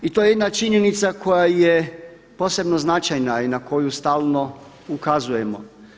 I to je jedna činjenica koja je posebno značajna i na koju stalno ukazujemo.